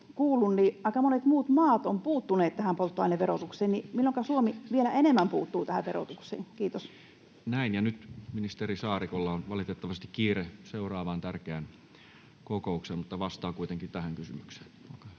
aika monet muut maat ovat puuttuneet tähän polttoaineverotukseen. Milloinka Suomi vielä enemmän puuttuu tähän verotukseen? — Kiitos. Näin. Ja nyt ministeri Saarikolla on valitettavasti kiire seuraavaan tärkeään kokoukseen mutta vastaa kuitenkin tähän kysymykseen. — Olkaa hyvä.